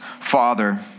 father